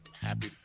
happy